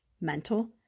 mental